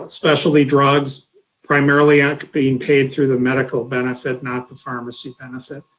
but specialty drugs primarily and being paid through the medical benefit, not the pharmacy benefit.